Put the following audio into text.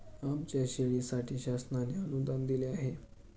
आमच्या शाळेसाठी शासनाने अनुदान दिले आहे